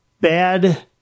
bad